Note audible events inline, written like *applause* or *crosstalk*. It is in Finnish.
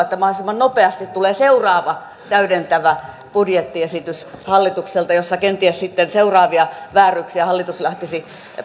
*unintelligible* että mahdollisimman nopeasti tulee hallitukselta seuraava täydentävä budjettiesitys jossa kenties sitten seuraavia vääryyksiä hallitus lähtisi